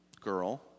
girl